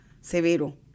severo